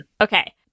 Okay